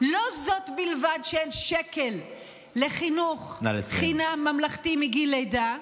לא זאת בלבד שאין שקל לחינוך חינם ממלכתי מגיל לידה,